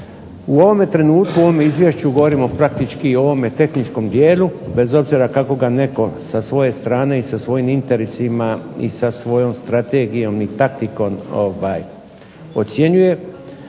U ovome trenutku u ovom izvješću govorimo praktički o ovome tehničkom dijelu bez obzira kako ga netko sa svoje strane i sa svojim interesima i sa svojom strategijom i taktikom ocjenjuje,